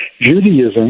Judaism